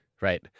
right